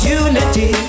unity